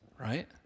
right